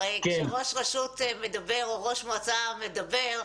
הרי כשראש רשות מדבר או ראש מועצה מדבר,